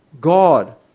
God